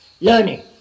learning